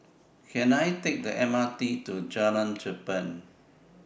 Can I Take The M R T to Jalan Cherpen